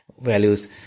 values